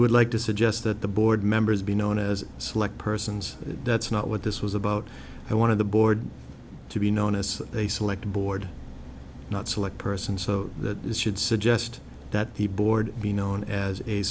would like to suggest that the board members be known as select persons that's not what this was about i wanted the board to be known as they select a board not select person so that it should suggest that the board be known as a